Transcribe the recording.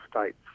states